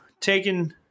taking